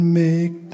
make